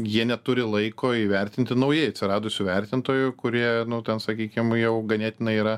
jie neturi laiko įvertinti naujai atsiradusių vertintojų kurie nu ten sakykim jau ganėtinai yra